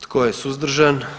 Tko je suzdržan?